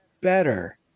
better